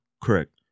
Correct